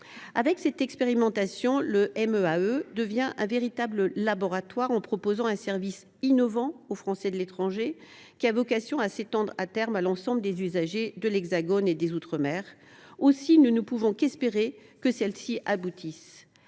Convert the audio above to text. à cette expérimentation, un véritable laboratoire, en proposant un service innovant aux Français de l’étranger, qui a vocation à s’étendre, à terme, à l’ensemble des usagers de l’Hexagone et des outre mer. Aussi, nous ne pouvons qu’espérer que celle ci aboutisse.